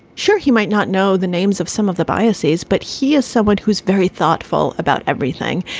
sure, he might not know the names of some of the biases, but he is someone who's very thoughtful about everything.